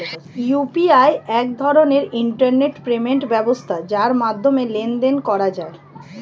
UPI এক ধরনের internet payment ব্যবস্থা যার মাধ্যমে লেনদেন করা যায়